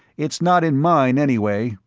it's not in mine, anyway,